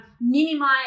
minimize